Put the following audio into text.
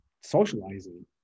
socializing